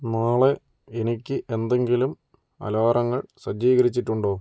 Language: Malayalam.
നാളെ എനിക്ക് എന്തെങ്കിലും അലാറങ്ങൾ സജ്ജീകരിച്ചിട്ടുണ്ടോ